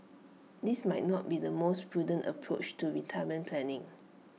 this might not be the most prudent approach to retirement planning